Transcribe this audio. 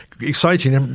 exciting